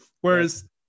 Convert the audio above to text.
Whereas